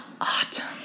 Autumn